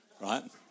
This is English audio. right